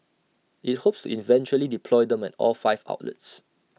IT hopes to eventually deploy them at all five outlets